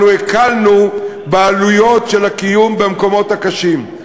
אנחנו הקלנו את עלויות הקיום במקומות הקשים,